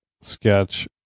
sketch